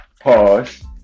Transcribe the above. pause